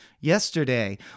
yesterday